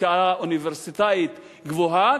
השכלה אוניברסיטאית גבוהה,